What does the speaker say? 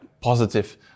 positive